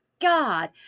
God